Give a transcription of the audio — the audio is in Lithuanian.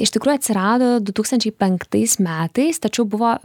iš tikrųjų atsirado du tūkstančiai penktais metais tačiau buvo